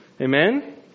Amen